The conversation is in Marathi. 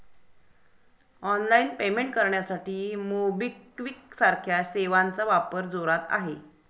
ऑनलाइन पेमेंट करण्यासाठी मोबिक्विक सारख्या सेवांचा वापर जोरात आहे